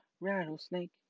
rattlesnake